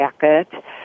jacket